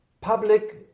public